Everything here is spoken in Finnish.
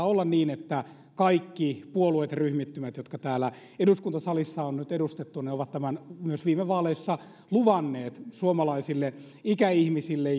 olla niin että kaikki puolueet ja ryhmittymät jotka täällä eduskuntasalissa ovat nyt edustettuina ovat tämän myös viime vaaleissa luvanneet suomalaisille ikäihmisille